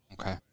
Okay